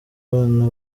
abana